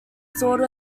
sort